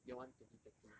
year one twenty twenty